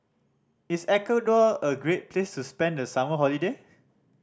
is Ecuador a great place to spend the summer holiday